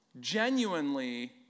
genuinely